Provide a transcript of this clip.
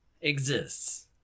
exists